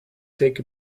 take